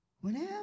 Whenever